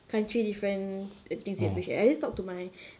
country different things they appreciate I just talked to my